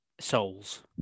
souls